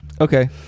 Okay